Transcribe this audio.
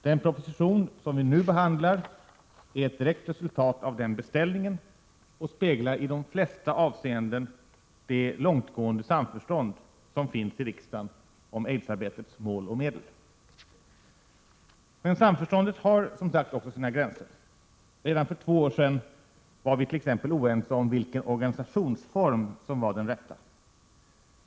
Den proposition som vi nu behandlar är ett direkt resultat av den beställningen och speglar i de flesta avseenden det långtgående samförstånd som finns i riksdagen om aidsarbetets mål och medel. Men samförståndet har som sagt också sina gränser. Redan för två år sedan var vi t.ex. oense om vilken organisationsform som var den rätta.